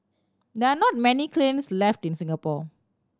there are not many kilns left in Singapore